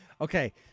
Okay